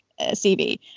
cv